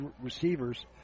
receivers